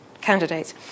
candidates